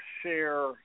share